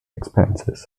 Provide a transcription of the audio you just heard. expenses